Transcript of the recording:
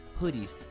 hoodies